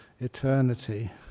eternity